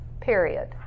period